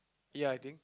ya I think